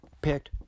picked